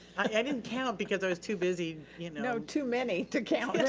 i didn't count because i was too busy no, too many to count.